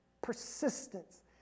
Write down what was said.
persistence